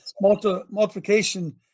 multiplication